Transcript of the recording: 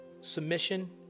submission